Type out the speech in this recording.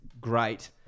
great